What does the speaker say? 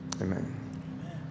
Amen